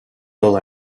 todo